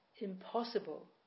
impossible